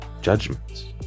judgments